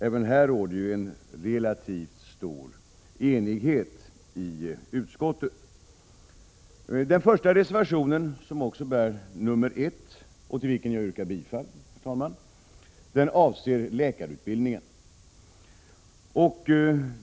Även här råder ju en relativt stor enighet i utskottet. Reservation nr 1, till vilken jag yrkar bifall, avser läkarutbildningen.